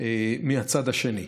מהצד השני.